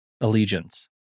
allegiance